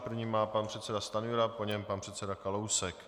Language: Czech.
První má pan předseda Stanjura, po něm pan předseda Kalousek.